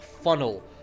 funnel